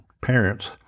parents